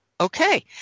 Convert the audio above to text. Okay